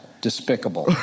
Despicable